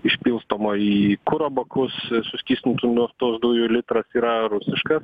išpilstoma į kuro bakus suskystintų nu tos dujų litras yra rusiškas